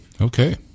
Okay